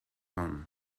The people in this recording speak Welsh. hon